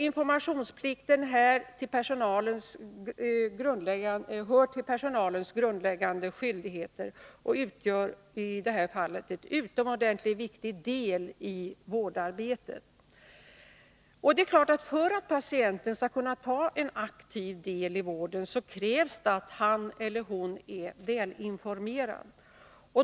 Informationsplikten hör till personalens grundläggande skyldigheter och utgör i detta fall en utomordentligt viktig del av vårdarbetet. För att patienten skall kunna ta aktiv del i vården krävs det givetvis att han eller hon är välinformerad.